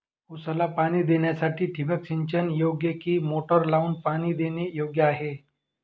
ऊसाला पाणी देण्यासाठी ठिबक सिंचन योग्य कि मोटर लावून पाणी देणे योग्य आहे?